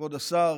כבוד השר,